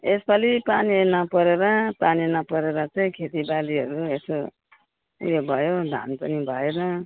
यसपालि पानीहरू नपरेर पानी नपरेर चाहिँ खेतीबालीहरू यसो उयो भयो अन्त धान पनि भएन